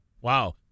Wow